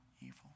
evil